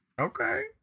Okay